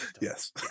Yes